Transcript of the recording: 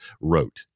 wrote